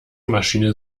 maschine